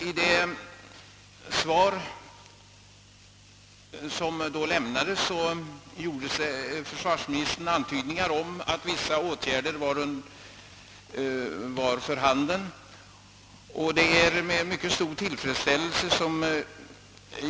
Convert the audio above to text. I det svar som då lämnades gjorde försvarsministern antydningar om att vissa åtgärder var under förberedande.